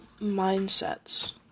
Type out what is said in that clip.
mindsets